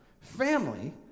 Family